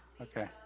Okay